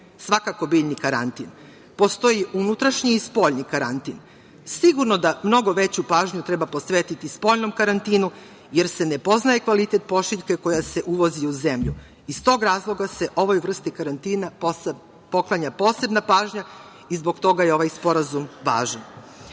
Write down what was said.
svakako biljni karantin. Postoji unutrašnji i spoljni karantin. Sigurno da mnogo veću pažnju treba posvetiti spoljnom karantinu, jer se ne poznaje kvalitet pošiljke koja se uvozi u zemlju. Iz tog razloga se ovoj vrsti karantina poklanja posebna pažnja i zbog toga je ovaj sporazum važan. Većina